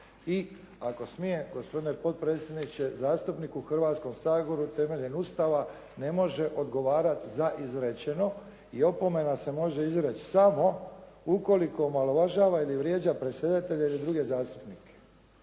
I ako smijem gospodine potpredsjedniče zastupnik u Hrvatskom saboru temeljem Ustava ne može odgovarati za izrečeno i opomena se može izreći samo ukoliko omalovažava ili vrijeđa predsjedatelja ili druge zastupnike.